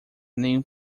nem